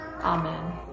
Amen